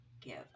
give